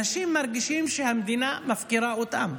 אנשים מרגישים שהמדינה מפקירה אותם.